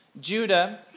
Judah